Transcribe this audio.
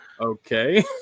Okay